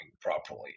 properly